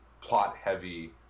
plot-heavy